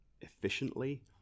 efficiently